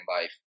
life